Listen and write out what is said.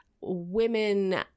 women